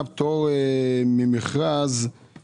תקצוב של שלושה תקני כוח אדם ושני תקני